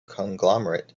conglomerate